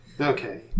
Okay